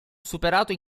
superato